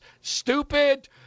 stupid